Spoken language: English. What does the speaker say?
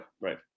right